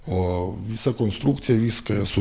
o visa konstrukcija viską esu